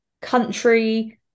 country